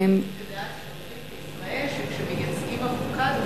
כשמייצאים אבוקדו,